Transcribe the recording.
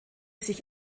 sich